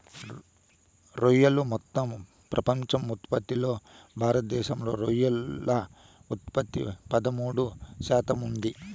రొయ్యలు మొత్తం ప్రపంచ ఉత్పత్తిలో భారతదేశంలో రొయ్యల ఉత్పత్తి పదమూడు శాతంగా ఉంది